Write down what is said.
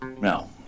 No